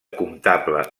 comptable